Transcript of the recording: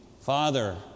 Father